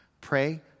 pray